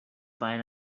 fine